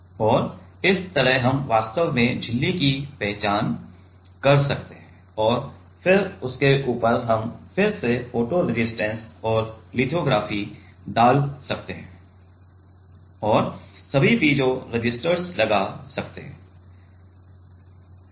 और इस तरह हम वास्तव में झिल्ली की पहचान कर सकते हैं और फिर उसके ऊपर हम फिर से फोटो रेसिस्टेंस और लिथोग्राफी डाल सकते हैं और सभी पीजो रेसिस्टर्स लगा सकते हैं